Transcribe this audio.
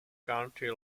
county